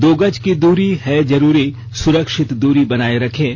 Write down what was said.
दो गज की दूरी है जरूरी सुरक्षित दूरी बनाए रखें